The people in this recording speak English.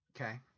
Okay